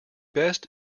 best